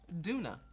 Duna